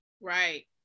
Right